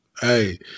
hey